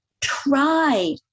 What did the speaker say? Try